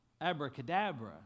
abracadabra